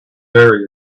very